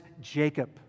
Jacob